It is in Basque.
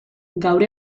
gaur